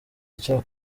icyo